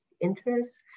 interests